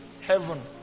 heaven